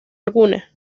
alguna